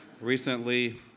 Recently